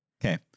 Okay